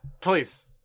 Please